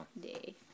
day